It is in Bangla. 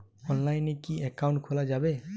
অনলাইনে কি অ্যাকাউন্ট খোলা যাবে?